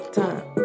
time